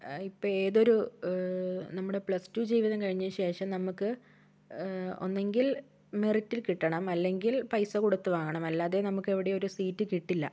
ഇപ്പം ഏതൊരു നമ്മുടെ പ്ലസ്ടു ജീവിതം കഴിഞ്ഞതിനു ശേഷം നമുക്ക് ഒന്നെങ്കിൽ മെറിറ്റിൽ കിട്ടണം അല്ലെങ്കിൽ പൈസ കൊടുത്തു വാങ്ങണം അല്ലാതെ നമ്മക്ക് എവിടെയും ഒരു സീറ്റ് കിട്ടില്ല